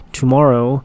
tomorrow